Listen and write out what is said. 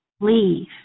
leave